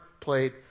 played